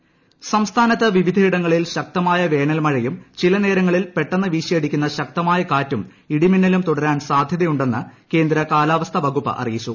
വേനൽ മഴ സംസ്ഥാനത്ത് വിവിധയിടങ്ങളിൽ ശക്തമായ വേനൽ മഴയും ചില നേരങ്ങളിൽ പെട്ടെന്ന് വീശിയടിക്കുന്ന ശക്തമായ കാറ്റും ഇടിമിന്നലും തുടരാൻ സാധൃതയുണ്ടെന്ന് കേന്ദ്ര കാലാവസ്ഥ വകുപ്പ് അറിയിച്ചു